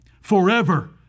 forever